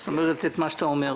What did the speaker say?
את מה שאתה אומר.